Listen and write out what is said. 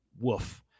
woof